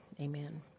Amen